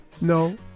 No